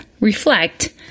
reflect